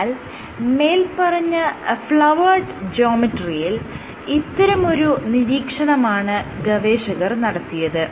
എന്നാൽ മേല്പറഞ്ഞ ഫ്ലവേർഡ് ജ്യോമെട്രിയിൽ ഇത്തരമൊരു നിരീക്ഷണമാണ് ഗവേഷകർ നടത്തിയത്